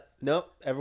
Nope